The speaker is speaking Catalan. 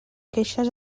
queixes